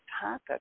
topic